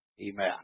Amen